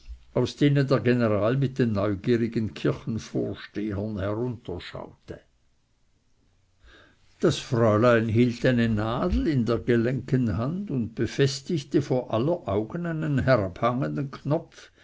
aus denen der general mit den neugierigen kirchenvorstehern herunterschaute das fräulein hielt eine nadel in der gelenken hand und befestigte vor aller augen einen herabhängenden knopf